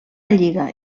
lliga